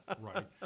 right